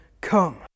come